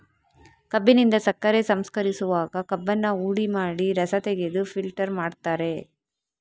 ಕಬ್ಬಿನಿಂದ ಸಕ್ಕರೆ ಸಂಸ್ಕರಿಸುವಾಗ ಕಬ್ಬನ್ನ ಹುಡಿ ಮಾಡಿ ರಸ ತೆಗೆದು ಫಿಲ್ಟರ್ ಮಾಡ್ತಾರೆ